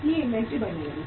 इसलिए इन्वेंट्री बढ़ने लगी